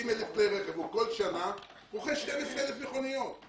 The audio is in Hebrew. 30,000 כלי רכב כל שנה, רוכש 12,000 מכוניות.